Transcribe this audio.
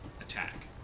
attack